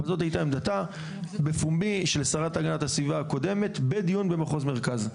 אבל זו הייתה עמדתה בפומבי של שרת הגנת הסביבה הקודמת בדיון במחוז מרכז.